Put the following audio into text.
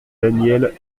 danièle